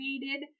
created